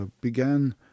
began